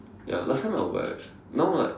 ya last time I will buy now like